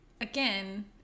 again